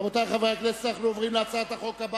רשמתי שחבר הכנסת מיכאלי הודיע שהצבעתו לא נקלטה וחבר הכנסת מקלב